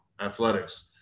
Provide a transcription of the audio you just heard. athletics